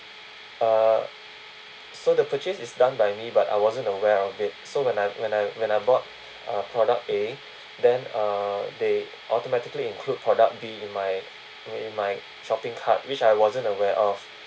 uh so the purchase is done by me but I wasn't aware of it so when I when I when I bought a product A then uh they automatically include product B in my in my shopping cart which I wasn't aware of